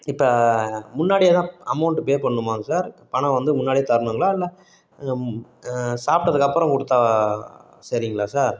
இப்போ முன்னாடி எதுனா அமௌண்ட் பே பண்ணணுமாங்க சார் பணம் வந்து முன்னாடியே தரணுங்களா இல்லை சாப்பிடதுக்கு அப்புறோம் கொடுத்தா சரிங்களா சார்